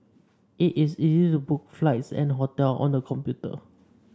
it is easy to book flights and hotel on the computer